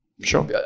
sure